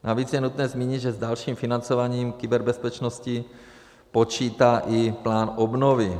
Navíc je nutné zmínit, že s dalším financováním kyberbezpečnosti počítá i plán obnovy.